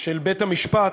של בית-המשפט